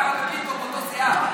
קארה ופינטו באותה סיעה.